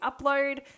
upload